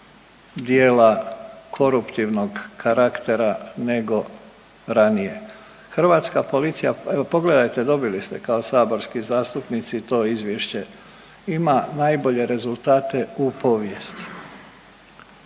djela koruptivnog karaktera nego ranije? Hrvatska policija, evo pogledajte, dobili ste kao saborski zastupnici to izvješće, ima najbolje rezultate u povijesti,